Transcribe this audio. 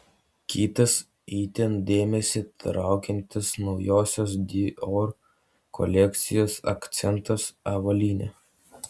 kitas itin dėmesį traukiantis naujosios dior kolekcijos akcentas avalynė